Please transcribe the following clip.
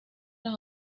las